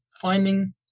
finding